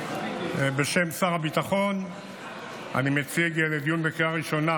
בשם שר הביטחון אני מציג לדיון לקריאה ראשונה